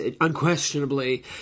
unquestionably